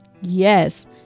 Yes